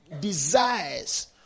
desires